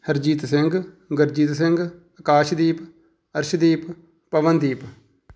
Harjeet Singh Gurjit Singh Akashdeep Arshdeep Pawandeep